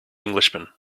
englishman